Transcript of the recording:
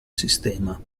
sistema